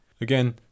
Again